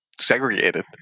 segregated